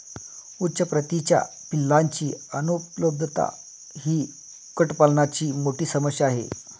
उच्च प्रतीच्या पिलांची अनुपलब्धता ही कुक्कुटपालनाची मोठी समस्या आहे